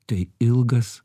tai ilgas